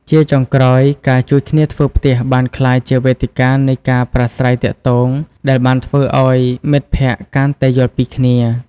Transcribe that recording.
ជាចុងក្រោយ ការជួយគ្នាធ្វើផ្ទះបានក្លាយជាវេទិការនៃការប្រាស្រ័យទាក់ទងដែលបានធ្វើឲ្យមិត្តភក្តិកាន់តែយល់ពីគ្នា។